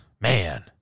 Man